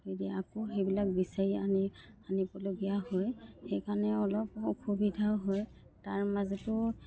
যদি আকৌ সেইবিলাক বিচাৰি আনি আনিবলগীয়া হয় সেইকাৰণে অলপ অসুবিধাও হয় তাৰ মাজতো